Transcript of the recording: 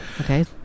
Okay